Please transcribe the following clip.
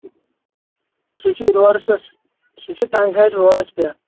سُہ چھِ روڑس پٮ۪ٹھ سُہ چھِ ٹنٛگہٕ ہارِ روڑس پٮ۪ٹھ